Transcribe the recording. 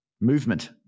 movement